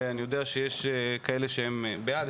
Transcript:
ואני יודע שיש כאלה שהם בעד,